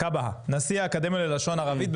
נשיא האקדמיה ללשון ערבית.